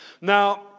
Now